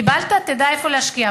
קיבלת, תדע איפה להשקיע.